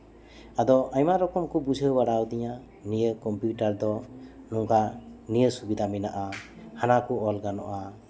ᱟᱫᱚ ᱟᱭᱢᱟ ᱨᱚᱠᱚᱢ ᱠᱚ ᱵᱩᱡᱷᱟᱹᱣ ᱵᱟᱲᱟ ᱟᱹᱫᱤᱧᱟ ᱱᱤᱭᱟᱹ ᱠᱚᱢᱯᱤᱭᱩᱴᱟᱨ ᱫᱚ ᱱᱚᱝᱠᱟ ᱱᱤᱭᱟᱹ ᱥᱩᱵᱤᱫᱷᱟ ᱢᱮᱱᱟᱜᱼᱟ ᱦᱟᱱᱟ ᱠᱚ ᱚᱞ ᱜᱟᱱᱚᱜᱼᱟ